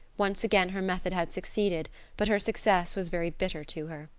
once again her method had succeeded but her success was very bitter to her.